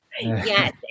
Yes